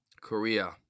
Korea